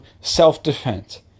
self-defense